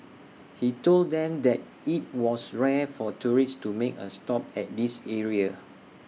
he told them that IT was rare for tourists to make A stop at this area